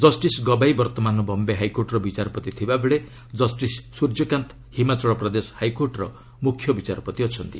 justice Gavai ବର୍ତ୍ତମାନ ବମ୍ବେ ହାଇକୋର୍ଟର ବିଚାରପତି ଥିବାବେଳେ ଜଷ୍ଟିସ୍ ସ୍ୱର୍ଯ୍ୟକାନ୍ତ ହିମାଚଳ ପ୍ରଦେଶ ହାଇକୋର୍ଟର ମ୍ରଖ୍ୟ ବିଚାରପତି ଅଛନ୍ତି